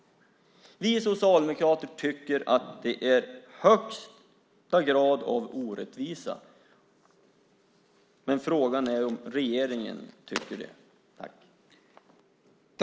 Vi socialdemokrater tycker att det är högsta grad av orättvisa. Frågan är om regeringen tycker det.